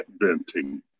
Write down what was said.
venting